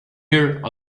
here